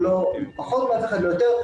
הוא לא פחות מאף אחד ולא יותר.